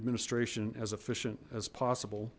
administration as efficient as possible